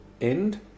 end